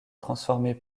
transformée